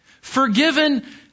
Forgiven